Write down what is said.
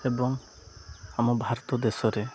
ଏବଂ ଆମ ଭାରତ ଦେଶରେ